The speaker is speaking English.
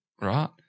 right